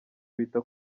wita